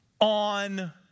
on